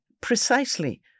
precisely